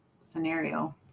scenario